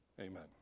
Amen